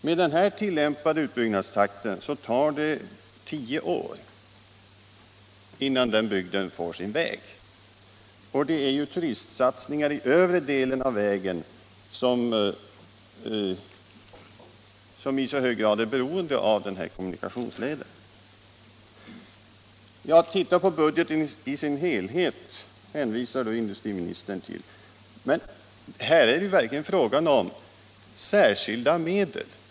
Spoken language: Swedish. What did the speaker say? Med den tillämpade utbyggnadstakten tar det tio år innan bygden får sin väg, och det är ju turistsatsningar i övre delen av vägen som i så hög grad är beroende av den här kommunikationsleden. Då säger industriministern: Se på budgeten i dess helhet! Men här är det verkligen fråga om särskilda medel.